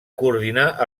coordinar